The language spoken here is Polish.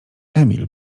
emil